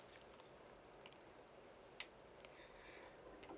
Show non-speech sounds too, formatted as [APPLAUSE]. [BREATH]